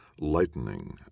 lightning